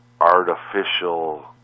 artificial